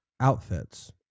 outfits